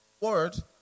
word